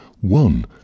One